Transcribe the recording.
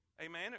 Amen